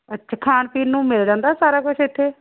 ਅੱਛਾ ਖਾਣ ਪੀਣ ਨੂੰ ਮਿਲ ਜਾਂਦਾ ਸਾਰਾ ਕੁਛ ਇੱਥੇ